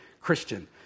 Christian